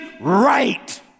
right